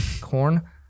Corn